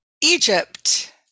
Egypt